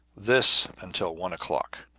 this until one o'clock.